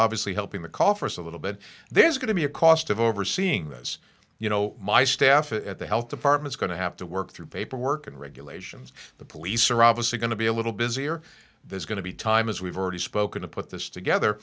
obviously helping the coffers a little bit there's going to be a cost of overseeing this you know my staff at the health department going to have to work through paperwork and regulations the police are obviously going to be a little busier there's going to be time as we've already spoken to put this together